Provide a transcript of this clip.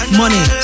money